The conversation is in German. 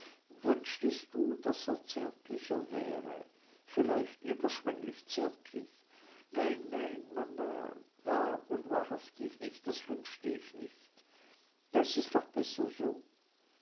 wünschtest du daß er zärtlicher wäre vielleicht überschwenglich zärtlich nein nein mama wahr und wahrhaftig nicht das wünsche ich nicht da ist es doch besser so